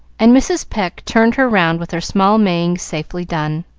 and mrs. pecq turned her round with her small maying safely done.